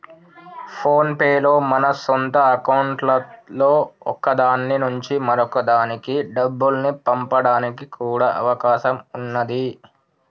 phone pay లో మన సొంత అకౌంట్లలో ఒక దాని నుంచి మరొక దానికి డబ్బుల్ని పంపడానికి కూడా అవకాశం ఉన్నాది